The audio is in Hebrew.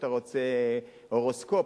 רוצה הורוסקופ,